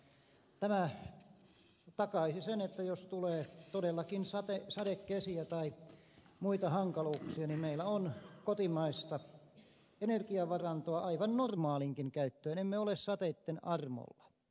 tämä takaisi sen että jos tulee todellakin sadekesiä tai muita hankaluuksia niin meillä on kotimaista energiavarantoa aivan normaaliinkin käyttöön emme ole sateitten armoilla